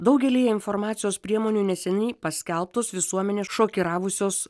daugelyje informacijos priemonių neseniai paskelbtos visuomenę šokiravusios